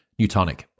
Newtonic